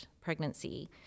pregnancy